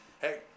hey